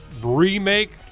remake